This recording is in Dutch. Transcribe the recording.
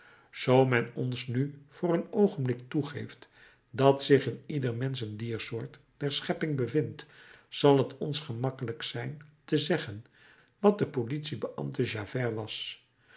zoo men ons nu voor een oogenblik toegeeft dat zich in ieder mensch een diersoort der schepping bevindt zal t ons gemakkelijk zijn te zeggen wat de politiebeambte javert was